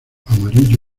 amarillo